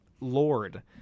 lord